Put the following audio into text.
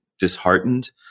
disheartened